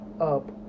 up